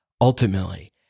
ultimately